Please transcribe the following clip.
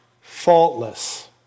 faultless